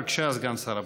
בבקשה, סגן שר הבריאות.